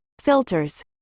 filters